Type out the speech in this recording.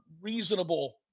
reasonable